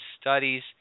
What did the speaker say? Studies